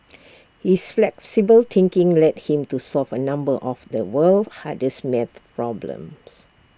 his flexible thinking led him to solve A number of the world's hardest maths problems